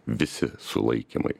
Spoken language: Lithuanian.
visi sulaikymai